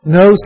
no